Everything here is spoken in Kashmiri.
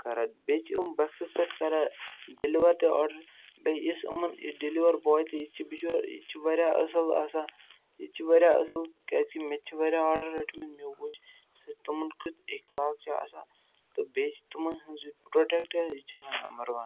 کَران بیٚیہِ چھِ یِم وقتس پٮ۪ٹھ کَران ڈیٚلِوَر تہِ آرڈَر بیٚیہِ یُس یِمَن یہِ ڈیٚلِوَر بوے تہِ یہِ تہِ چھِ بِچور یہِ تہِ چھِ واریاہ اَصٕل آسان یہِ تہِ چھِ واریاہ اَصٕل کیٛازِکہِ مےٚ تہِ چھِ واریاہ آرڈَر رٔٹمٕتۍ مےٚ وُچھ سُہ چھِ تِمَن کیُتھ اِخلاق چھِ آسان تہٕ بیٚیہِ چھِ تِمَن ہٕنٛز یہِ پرٛوڈَکٹ یہِ چھِ آسان نَمبَر وَن